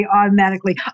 automatically